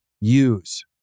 use